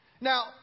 Now